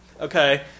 Okay